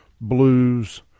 Blues